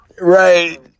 Right